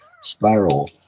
spiral